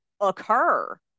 occur